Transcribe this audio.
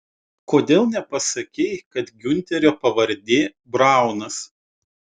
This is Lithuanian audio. kodėl nepasakei kad giunterio pavardė braunas